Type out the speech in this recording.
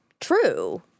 true